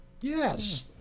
Yes